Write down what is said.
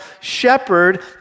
shepherd